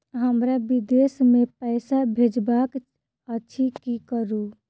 हमरा विदेश मे पैसा भेजबाक अछि की करू?